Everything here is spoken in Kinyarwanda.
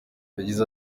yagize